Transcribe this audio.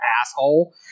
asshole